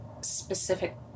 specific